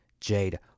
Jade